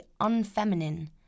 unfeminine